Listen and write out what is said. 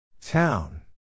Town